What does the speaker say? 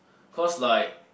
cause like